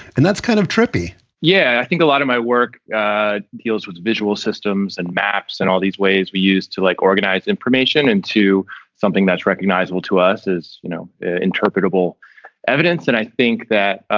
and that's kind of trippy yeah, i think a lot of my work deals with visual systems and maps and all these ways. we used to like organize information into something that's recognizable to us, as you know, interpretable evidence. and i think that,